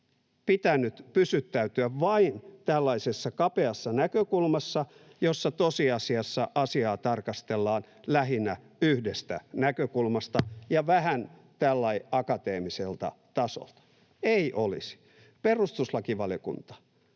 pitänyt pysyttäytyä vain tällaisessa kapeassa näkökulmassa, jossa tosiasiassa asiaa tarkastellaan lähinnä yhdestä näkökulmasta ja vähän tällä lailla akateemiselta tasolta? Ei olisi. Perustuslakivaliokunta